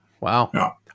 Wow